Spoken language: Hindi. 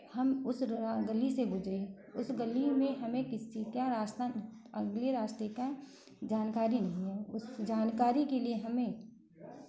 हम उस गली से गुज़रे उस गली में हमें किसी का रास्ता अगले रास्ते का जानकारी नहीं है उस जानकारी के लिए हमें